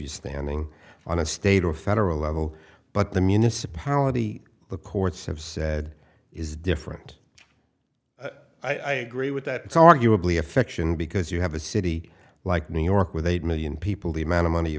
you standing on a state or federal level but the municipality the courts have said is different i agree with that it's arguably a fiction because you have a city like new york with eight million people the amount of money you